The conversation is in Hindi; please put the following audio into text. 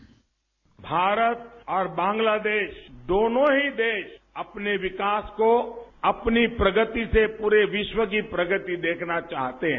बाइट भारत और बांग्लादेश दोनो ही देश अपने विकास को अपनी प्रगति से पूरे विश्व की प्रगति देखना चाहते हैं